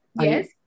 Yes